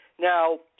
Now